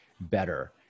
better